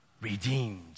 redeemed